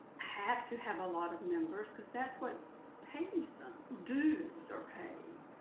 have to have a lot of members, because that's what pays them, dues are paid.